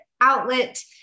outlet